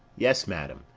yes, madam.